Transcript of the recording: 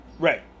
right